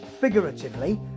figuratively